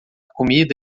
comida